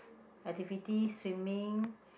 activity swimming